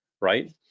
right